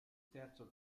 terzo